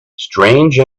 strange